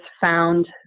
found